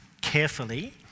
carefully